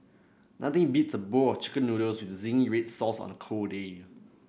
nothing beats a bowl of chicken noodles with zingy red sauce on a cold day